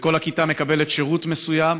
וכל הכיתה מקבלת שירות מסוים,